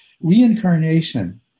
Reincarnation